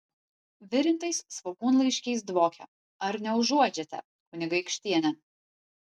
virintais svogūnlaiškiais dvokia ar neužuodžiate kunigaikštiene